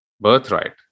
birthright